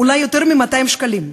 עולה יותר מ-200 שקלים.